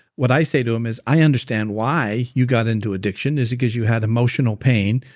what i say to them is i understand why you got into addiction, is because you had emotional pain,